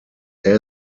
stern